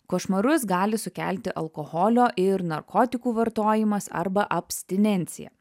košmarus gali sukelti alkoholio ir narkotikų vartojimas arba abstinencija